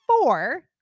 four